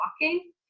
walking